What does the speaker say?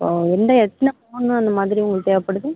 இப்போ எந்த எத்தனை பவுன்னு இந்த மாதிரி உங்களுக்கு தேவைப்படுது